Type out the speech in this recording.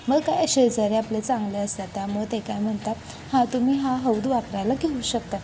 मग काय शेजारी आपले चांगले असतात त्यामुळे ते काय म्हणतात हा तुम्ही हा हौद वापरायला घेऊ शकता